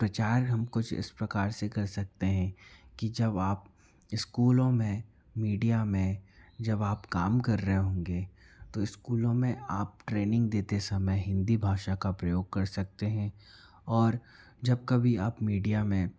प्रचार हम कुछ इस प्रकार से कर सकते हैं कि जब आप स्कूलों में मीडिया में जब आप काम कर रहे होंगे तो स्कूलों में आप ट्रेनिंग देते समय हिंदी भाषा का प्रयोग कर सकते हैं और जब कभी आप मीडिया में